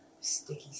sticky